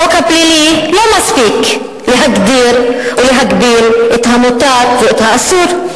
החוק הפלילי לא מספיק להגדיר ולהגביל את המותר ואת האסור,